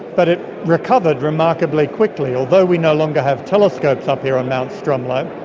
but it recovered remarkably quickly. although we no longer have telescopes up here on mount stromlo,